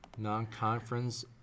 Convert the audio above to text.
Non-conference